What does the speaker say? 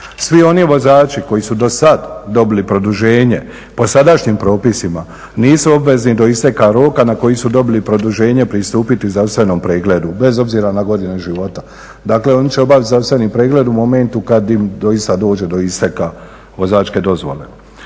Svi oni vozači koji su dosad dobili produženje po sadašnjim propisima nisu obvezni do isteka roka na koji su dobili produženje pristupiti zdravstvenom pregledu, bez obzira na godine života. Dakle oni će obavit zdravstveni pregled u momentu kad im doista dođe do isteka vozačke dozvole.